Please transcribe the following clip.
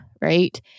right